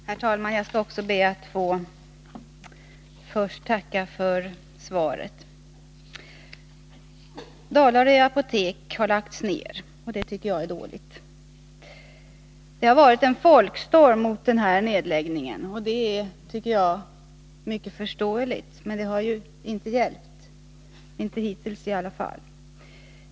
Herr talman! Jag skall också be att först få tacka för svaret. Dalarö apotek har lagts ner, och det tycker jag är dåligt. Det har varit en folkstorm mot denna nedläggning. Det är mycket förståeligt, men det har inte hjälpt — inte hittills i alla fall.